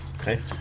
Okay